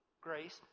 grace